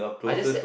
I just said